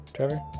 Trevor